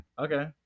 Okay